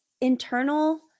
internal